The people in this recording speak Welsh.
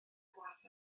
gwaith